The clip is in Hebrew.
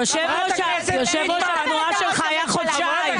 יושב ראש התנועה שלך היה חודשיים.